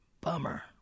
Bummer